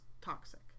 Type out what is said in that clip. toxic